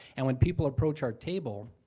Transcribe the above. and when people approach our table,